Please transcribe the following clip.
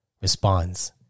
responds